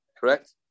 correct